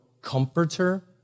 comforter